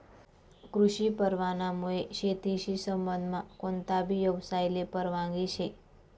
कृषी परवानामुये शेतीशी संबंधमा कोणताबी यवसायले परवानगी शे